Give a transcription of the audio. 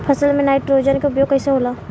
फसल में नाइट्रोजन के उपयोग कइसे होला?